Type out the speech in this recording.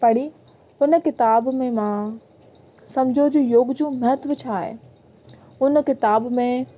पढ़ी हुन किताबु में मां सम्झो जो योग जो महत्व छा आहे उन किताबु में